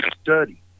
study